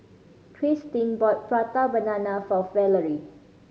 Kristin bought Prata Banana for Valery